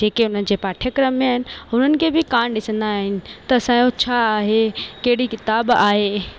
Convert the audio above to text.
जेके उन जे पाठ्यक्रम में आइन हुननि खे बि कोन ॾिसंदा आहिनि त असांजो छा आहे कहिड़ी किताब आहे